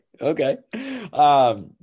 okay